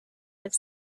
have